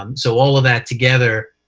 um so all of that together,